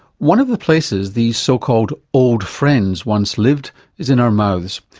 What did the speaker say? one of the places these so-called old friends once lived is in our mouths.